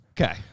Okay